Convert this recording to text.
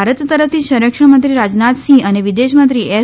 ભારત તરફથી સંરક્ષણ મંત્રી રાજનાથસિંહ અને વિદેશમંત્રી એસ